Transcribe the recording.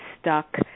stuck